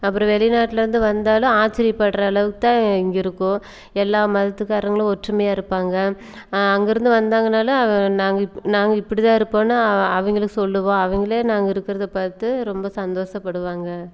அப்புறம் வெளிநாட்டுலேருந்து வந்தாலும் ஆச்சிரியப்படுகிற அளவுக்கு தான் இங்கே இருக்கும் எல்லா மதத்துக்காரங்களும் ஒற்றுமையாக இருப்பாங்க அங்கிருந்து வந்தாங்கன்னாலும் நாங்கள் நாங்கள் இப்படி தான் இருப்போம்னு அவங்களுக்கு சொல்லுவோம் அவங்களே நாங்கள் இருக்கிறத பார்த்து ரொம்ப சந்தோஷப்படுவாங்க